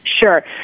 Sure